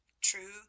True